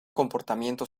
comportamiento